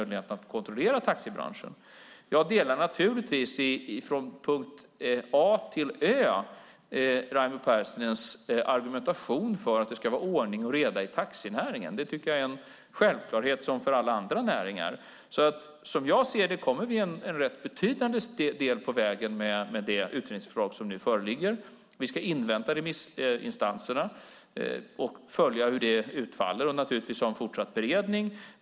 Jag delar naturligtvis Raimo Pärssinens argumentation för att det ska vara ordning och reda i taxinäringen precis som i alla andra näringar. Vi kommer en bra bit på vägen med det utredningsförslag som nu föreligger. Vi ska invänta remissinstanserna och följa hur arbetet utfaller. Vi ska ha en fortsatt beredning.